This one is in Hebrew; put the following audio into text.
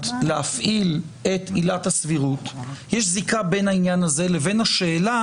להפעיל את עילת הסבירות יש זיקה בין העניין הזה לבין השאלה